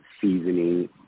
seasoning